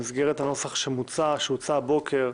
במסגרת הנוסח שהוצע הבוקר,